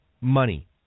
money